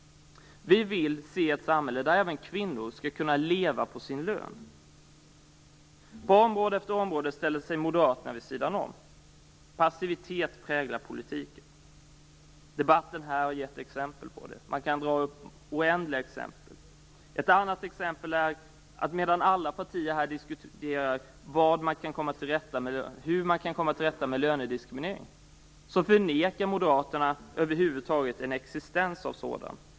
Vi vill se ett samhälle där även kvinnor kan leva på sin lön, men på område efter område ställer Moderaterna sig vid sidan om. Passivitet präglar politiken. Debatten här har gett exempel på det. Man kan ge oändligt många exempel. Ett exempel är att medan alla partier här diskuterar hur man kan komma till rätta med lönediskrimineringen förnekar Moderaterna att en sådan över huvud taget existerar.